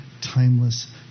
timeless